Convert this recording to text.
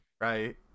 right